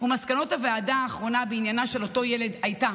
ומסקנת הוועדה האחרונה בעניינה של אותו הילד הייתה